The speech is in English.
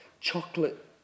chocolate